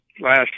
last